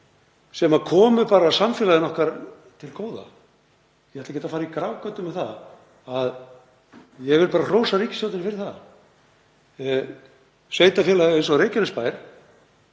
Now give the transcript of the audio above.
sem komu samfélaginu okkar til góða. Ég ætla ekki að fara í grafgötur með það og ég verð bara að hrósa ríkisstjórninni fyrir það. Sveitarfélag eins og Reykjanesbær